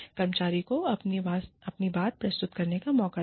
कर्मचारी को अपनी बात प्रस्तुत करने का मौका दें